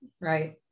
right